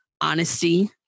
honesty